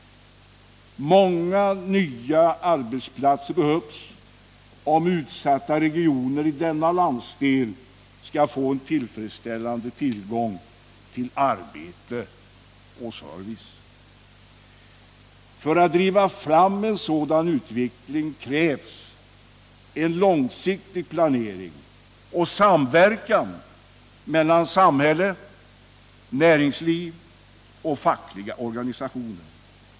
Många nya arbetsplatser behövs om utsatta regioner i denna landsdel skall få en tillfredsställande tillgång till arbete och service. För att driva fram en sådan utveckling krävs en långsiktig planering och samverkan mellan samhälle, näringsliv och samtliga organisationer.